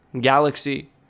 galaxy